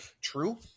true